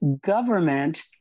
government